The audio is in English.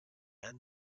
and